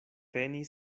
teni